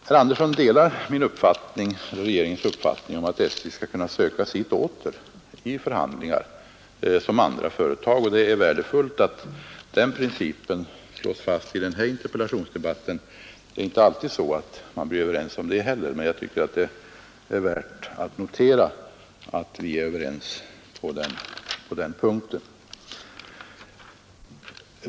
Herr Andersson delar regeringens uppfattning att SJ liksom andra företag skall kunna söka sitt åter i förhandlingar. Det är viktigt att den principen slås fast i denna interpellationsdebatt. Man blir inte alltid överens om den heller, och det är därför värt att notera att vi är överens på den punkten.